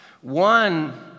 One